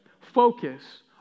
focus